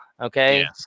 Okay